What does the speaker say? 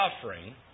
suffering